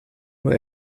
nur